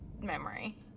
memory